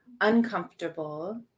uncomfortable